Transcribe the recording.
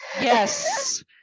Yes